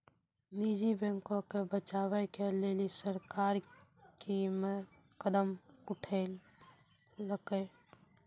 निजी बैंको के बचाबै के लेली सरकार कि कदम उठैलकै?